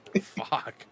Fuck